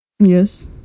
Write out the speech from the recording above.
Yes